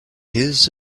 his